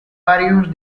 varios